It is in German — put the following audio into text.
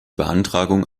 beantragung